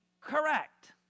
correct